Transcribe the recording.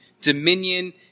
dominion